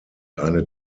eine